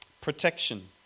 Protection